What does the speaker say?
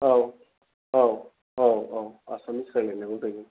औ औ औ औ आसामिस रायज्लायनांगौ जायो